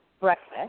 breakfast